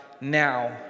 now